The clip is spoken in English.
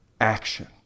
action